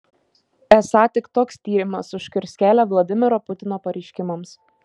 esą tik toks tyrimas užkirs kelią vladimiro putino pareiškimams